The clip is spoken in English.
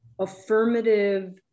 affirmative